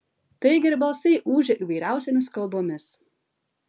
taigi ir balsai ūžė įvairiausiomis kalbomis